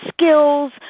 skills